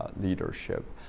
leadership